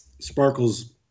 Sparkle's